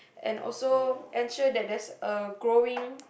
and also ensure that there's a growing